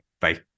Bye